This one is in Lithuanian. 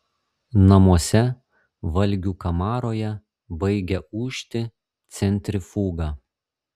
namuose valgių kamaroje baigia ūžti centrifuga